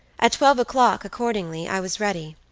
at twelve o'clock, accordingly, i was ready,